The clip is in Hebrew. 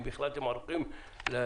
אם בכלל אתם ערוכים לשינויים.